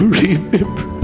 remember